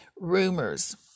rumors